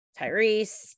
Tyrese